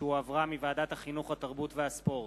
שהחזירה ועדת החינוך, התרבות והספורט,